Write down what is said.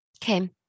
Kim